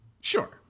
sure